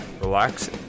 relax